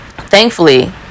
thankfully